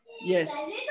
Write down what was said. yes